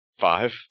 Five